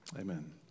Amen